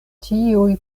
tiuj